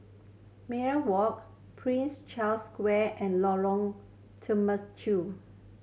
Minaret Walk Prince Charles Square and Lorong